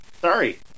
Sorry